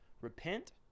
Repent